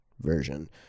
version